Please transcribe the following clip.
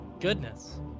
goodness